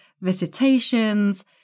visitations